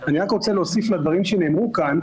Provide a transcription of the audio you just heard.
אני רק רוצה להוסיף לדברים שנאמרו כאן,